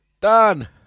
Done